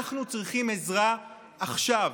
אנחנו צריכים עזרה עכשיו.